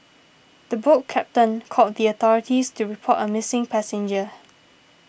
the boat captain called the authorities to report a missing passenger